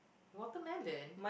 watermelon